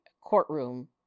courtroom